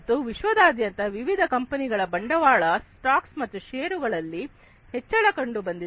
ಮತ್ತು ವಿಶ್ವದಾದ್ಯಂತ ವಿವಿಧ ಕಂಪನಿಗಳ ಬಂಡವಾಳ ಸ್ಟಾಕ್ಸ್ ಮತ್ತು ಶೇರುಗಳಲ್ಲಿ ಹೆಚ್ಚಳ ಕಂಡುಬಂದಿದೆ